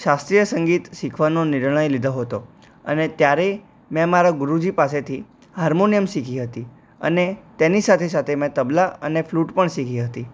શાસ્ત્રીય સંગીત શીખવાનો નિર્ણય લીધો હતો અને ત્યારે મેં મારા ગુરુજી પાસેથી હાર્મોનિયમ શીખી હતી અને તેની સાથે સાથે મેં તબલા અને ફ્લુટ પણ શીખી હતી